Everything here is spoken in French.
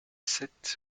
sept